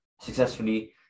successfully